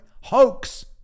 hoax